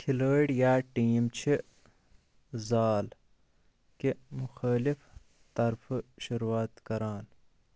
کِھلٲڑی یا ٹیٖم چِھ زال کہِ مُخٲلِف طرفہٕ شروٗعات کَران